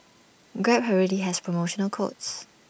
grab already has promotional codes